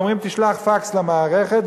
אומרים: תשלח פקס למערכת,